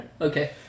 Okay